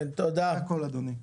זה הכול, אדוני.